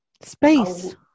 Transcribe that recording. Space